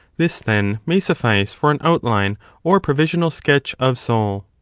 this, then, may suffice for an outline or provisional sketch of soul.